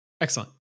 Excellent